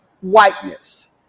whiteness